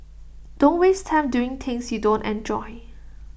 don't waste time doing things you don't enjoy